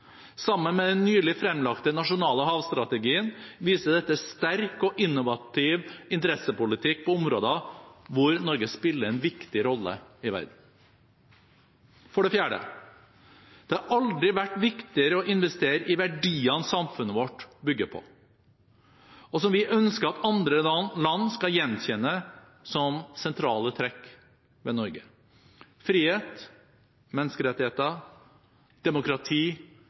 Sammen med den nylig fremlagte nasjonale havstrategien viser dette sterk og innovativ interessepolitikk på områder hvor Norge spiller en viktig rolle i verden. For det fjerde: Det har aldri vært viktigere å investere i verdiene samfunnet vårt bygger på, og som vi ønsker at andre land skal gjenkjenne som sentrale trekk ved Norge: frihet, menneskerettigheter, demokrati,